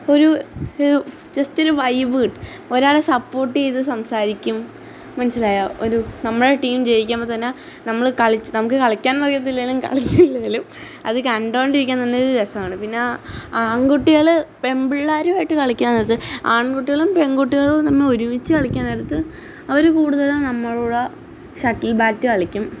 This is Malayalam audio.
ഒരു ഒരു ജസ്റ്റൊരു വൈബ് ഇട്ടും ഒരാളെ സപ്പോട്ട് ചെയ്തു സംസാരിക്കും മനസ്സിലായോ ഒരു നമ്മുടെ ടീം ജയിക്കുമ്പോൾത്തന്നെ നമ്മൾ കളിച്ചു നമുക്ക് കളിക്കാനറിയത്തില്ലെങ്കിലും കളിച്ചില്ലെങ്കിലും അതു കണ്ടു കൊണ്ടിരിക്കുന്നതു തന്നെ രസമാണ് പിന്നെ ആ ആൺകുട്ടികൾ പെൺപിള്ളേരുമായിട്ടു കളിക്കാൻ നേരത്ത് ആൺകുട്ടികളും പെൺകുട്ടികളും നമ്മൾ ഒരുമിച്ച് കളിക്കാൻ നേരത്ത് അവർ കുടുതലും നമ്മളോടാ ഷട്ടിൽ ബാറ്റ് കളിക്കും